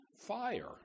fire